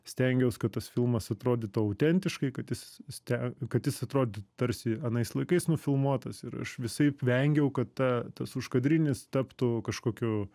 stengiaus kad tas filmas atrodytų autentiškai kad jis ste kad jis atrodytų tarsi anais laikais nufilmuotas ir aš visaip vengiau kad ta tas užkadrinis taptų kažkokiu